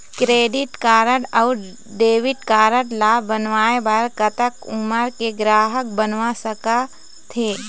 Credit card अऊ debit card ला बनवाए बर कतक उमर के ग्राहक बनवा सका थे?